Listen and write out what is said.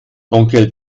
onkel